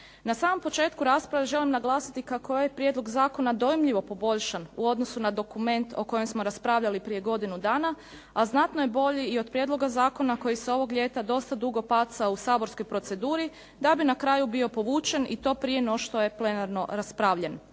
Na samom početku rasprave želim naglasiti kako je ovaj prijedlog zakona dojmljivo poboljšan u odnosu na dokument o kojem smo raspravljali prije godinu dana, a znatno je bolji i od prijedloga zakona koji se ovog ljeta dosta dugo pacao u saborskoj proceduri da bi na kraju bio povučen i to prije nego što je plenarno raspravljen.